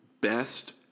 best